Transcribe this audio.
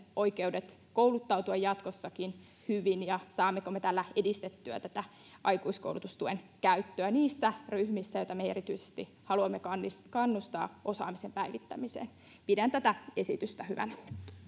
oikeudet kouluttautua jatkossakin hyvin ja saammeko me tällä edistettyä tätä aikuiskoulutustuen käyttöä niissä ryhmissä joita me erityisesti haluamme kannustaa kannustaa osaamisen päivittämiseen pidän tätä esitystä hyvänä